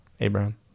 Abraham